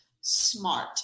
SMART